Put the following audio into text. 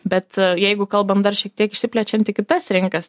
bet jeigu kalbam dar šiek tiek išsiplečiant į kitas rinkas